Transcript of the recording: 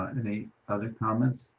any other comments?